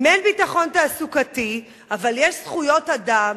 אם אין ביטחון תעסוקתי אבל יש זכויות אדם,